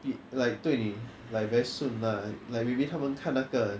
the like 对你 like very 顺 lah like maybe 他们看那个